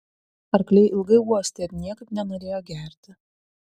arkliai ilgai uostė ir niekaip nenorėjo gerti